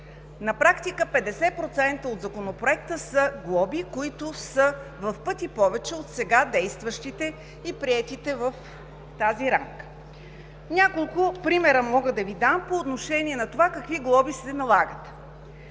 На практика 50% от Законопроекта са глоби, които са в пъти повече от сега действащите и приетите в тази рамка. Няколко примера мога да Ви дам по отношение на това какви глоби се налагат.